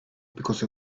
because